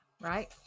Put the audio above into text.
right